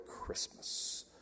Christmas